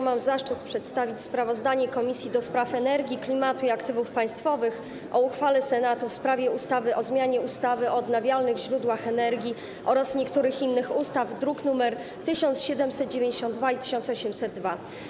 Mam zaszczyt przedstawić sprawozdanie Komisji do Spraw Energii, Klimatu i Aktywów Państwowych o uchwale Senatu w sprawie ustawy o zmianie ustawy o odnawialnych źródłach energii oraz niektórych innych ustaw, druki nr 1792 i 1802.